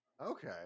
Okay